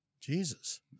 Jesus